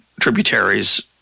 tributaries